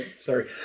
sorry